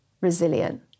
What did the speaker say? resilient